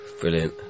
brilliant